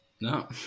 No